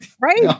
Right